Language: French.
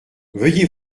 veuillez